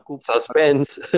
suspense